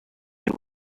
get